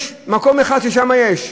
יש, מקום אחד ששם יש.